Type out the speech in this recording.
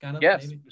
Yes